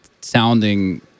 sounding